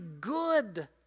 good